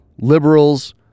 liberals